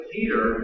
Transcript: Peter